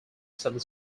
some